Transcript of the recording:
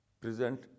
present